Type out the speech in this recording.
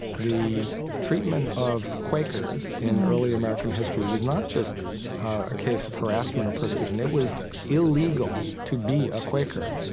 the treatment of quakers in early american history, was not just a case of harassment or persecution. it was illegal to be a quaker.